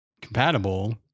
compatible